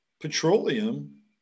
Petroleum